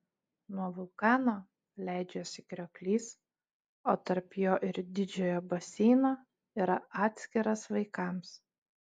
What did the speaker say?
nuo vulkano leidžiasi krioklys o tarp jo ir didžiojo baseino yra atskiras vaikams